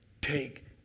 take